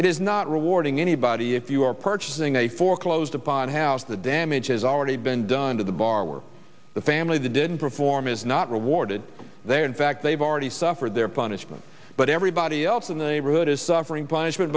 it is not rewarding anybody if you are purchasing a foreclosed upon house the damage has already been done to the bar or the family to didn't reform is not rewarded they are in fact they've already suffered their punishment but everybody else in the neighborhood is